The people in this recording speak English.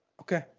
Okay